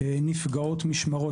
נפגעות משמרות.